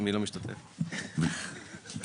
הצבעה אושר 3 בעד.